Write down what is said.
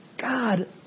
God